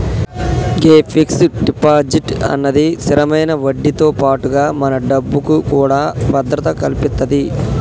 గే fix deposit అన్నది స్థిరమైన వడ్డీతో పాటుగా మన డబ్బుకు కూడా భద్రత కల్పితది